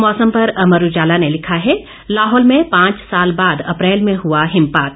मौसम पर अमर उजाला ने लिखा है लाहौल में पांच साल बाद अप्रैल में हुआ हिमपात